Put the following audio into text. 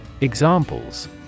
Examples